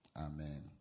Amen